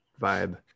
vibe